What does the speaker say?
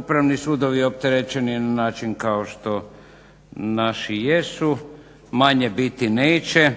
upravni sporovi opterećeni na način kao što naši jesu. Manje biti neće